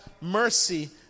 mercy